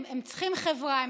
הם צריכים חברה,